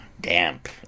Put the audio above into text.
damp